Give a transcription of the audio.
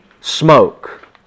smoke